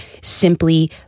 simply